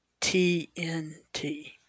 TNT